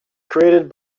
created